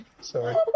Sorry